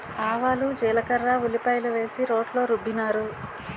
ఆవాలు జీలకర్ర ఉల్లిపాయలు వేసి రోట్లో రుబ్బినారు